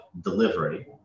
delivery